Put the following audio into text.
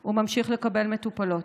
הוא ממשיך לקבל מטופלות.